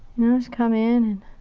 just come in